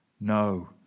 No